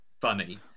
funny